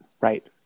Right